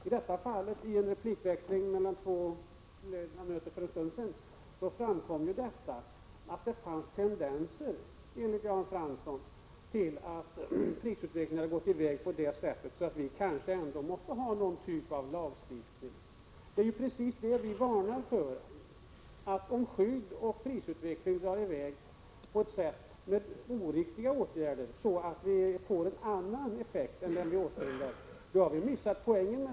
I en replikväxling mellan två ledamöter för en stund sedan framkom det - enligt Jan Fransson — att det finns tendenser till en sådan prisutveckling att lagstiftning kanske ändå är nödvändig. Vi varnar just för att prisutvecklingen genom oriktiga åtgärder kan få en annan effekt än den åstundade, och därmed har man missat poängen.